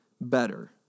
better